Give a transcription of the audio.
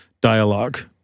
dialogue